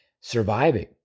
surviving